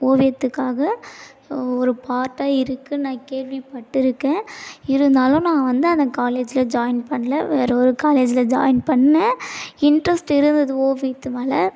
ஓவியத்துக்காக ஒரு பார்ட்டாக இருக்குதுன்னு நான் கேள்விப்பட்டிருக்கேன் இருந்தாலும் நான் வந்து அந்த காலேஜில் ஜாயின் பண்ணல வேற ஒரு காலேஜில் ஜாயின் பண்ணேன் இன்ட்ரெஸ்ட் இருந்தது ஓவியத்து மேலே